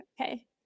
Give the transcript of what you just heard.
okay